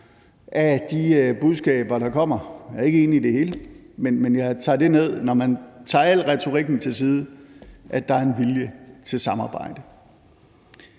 af de budskaber, der kommer. Jeg er ikke enig i det hele, men jeg tager det ned, når man tager al retorikken til side, at der er en vilje til samarbejde.